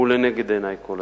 הוא לנגד עיני כל הזמן.